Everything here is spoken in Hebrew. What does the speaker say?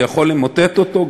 זה יכול למוטט אותו,